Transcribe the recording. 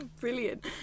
brilliant